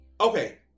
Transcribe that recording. Okay